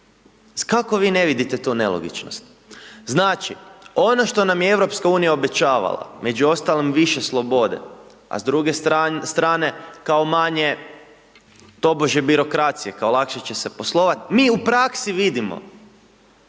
Kako vi ne viidte tu nelogičnost. Znači, ono što nam je EU obećavala, među ostalim više slobode, a s druge strane, kao manje, tobože birokracije, kao lakše će se poslovati, mi u praski vidimo,